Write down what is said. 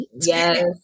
Yes